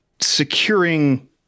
securing